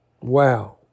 Wow